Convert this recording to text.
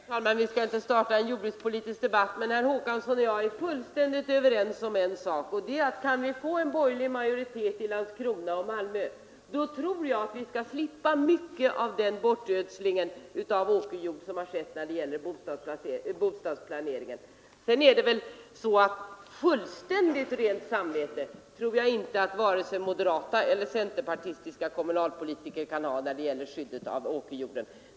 Herr talman! Vi skall inte starta en jordbrukspolitisk debatt, men herr Håkansson och jag är nog fullständigt överens om en sak, nämligen att vi — om vi kan få en borgerlig majoritet i Landskrona och Malmö — troligen kan slippa mycket av den bortödsling av åkerjord som skett i samband med bostadsplaneringen. Sedan tror jag inte att vare sig moderata eller centerpartistiska kommunalpolitiker kan ha fullständigt rent samvete när det gäller skydd av åkerjorden.